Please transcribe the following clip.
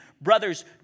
Brothers